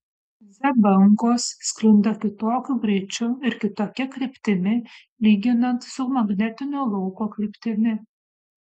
z bangos sklinda kitokiu greičiu ir kitokia kryptimi lyginant su magnetinio lauko kryptimi